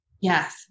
Yes